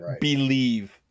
believe